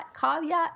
caveat